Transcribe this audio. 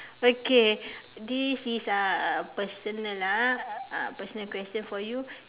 okay this is uh a personal ah ah a personal question for you